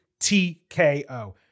TKO